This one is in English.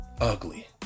Ugly